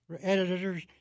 editors